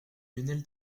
lionel